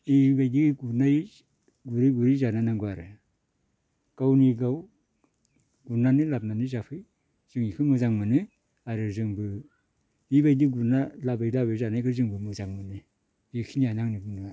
इबायदि गुरनाय गुरै गुरै जानो नांगौ आरो गावनि गाव गुरनानै लाबोनानै जाफै जों इखो मोजां मोनो आरो जोंबो बिबायदि गुरना लाबोयै लाबोयै जानायखो जोंबो मोजां मोनो इखिनियानो आंनि बुंनाया